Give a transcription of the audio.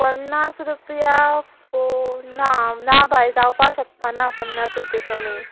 पन्नास रुपया पोवन ना ना बाय जावपा शकपा ना पन्नास रुपय कमी